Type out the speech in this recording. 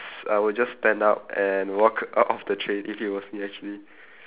s~ I would just stand up and walk out of the train if it was me actually